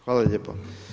Hvala lijepo.